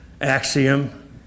axiom